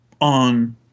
on